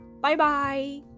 Bye-bye